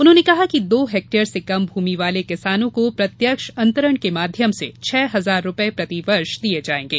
उन्होंने कहा कि दो हेक्टेयर से कम भूमि वाले किसानों को प्रत्यक्ष अंतरण के माध्यम से छह हजार रूपये प्रतिवर्ष दिये जायेंगे